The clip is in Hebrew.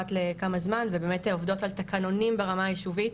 אחת לכמה זמן ובאמת עובדות על תקנונים ברמה היישובית,